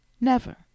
Never